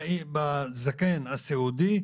בזקן הסיעודי,